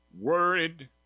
worried